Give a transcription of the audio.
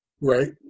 Right